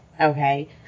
okay